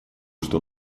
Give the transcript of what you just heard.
что